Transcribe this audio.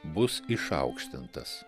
bus išaukštintas